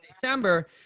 December